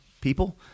people